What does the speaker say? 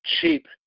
cheap